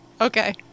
Okay